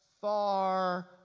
far